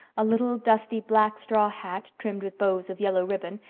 a little dusty black straw hat trimmed with bows of yellow ribbon,